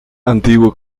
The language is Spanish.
antiguo